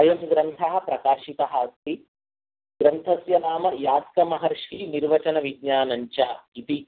अयं ग्रन्थः प्रकाशितः अस्ति ग्रन्थस्य नाम यास्कमहर्षिः निर्वचनविज्ञानञ्च इति